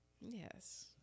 Yes